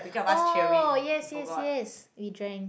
oh yes yes yes we drank